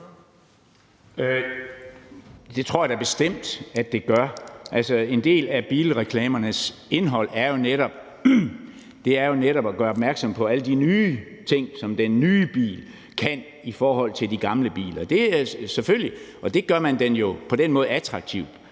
Det tror jeg da bestemt at det gør. Altså, en del af bilreklamernes indhold er jo netop at gøre opmærksom på alle de nye ting, som den nye bil kan i forhold til de gamle biler, selvfølgelig, og på den måde gør